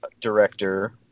director